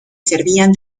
servían